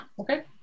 Okay